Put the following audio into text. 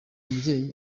mubyeyi